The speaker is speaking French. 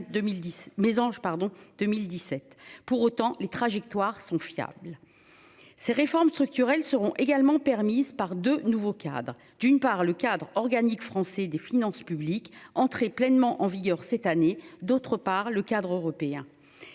Pour autant les trajectoires sont fiables. Ces réformes structurelles seront également permise par de nouveaux cadres, d'une part le cadre organique français des finances publiques entrer pleinement en vigueur cette année. D'autre part le cadre européen.